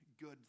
good